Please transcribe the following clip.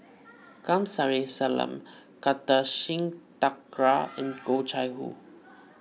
Kamsari Salam Kartar Singh Thakral and Oh Chai Hoo